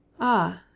Ah